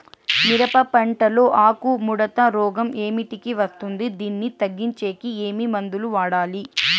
మిరప పంట లో ఆకు ముడత రోగం ఏమిటికి వస్తుంది, దీన్ని తగ్గించేకి ఏమి మందులు వాడాలి?